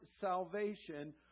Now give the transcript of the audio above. salvation